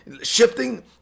shifting